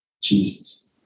Jesus